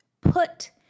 put